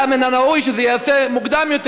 היה מן הראוי שזה ייעשה מוקדם יותר,